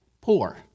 Poor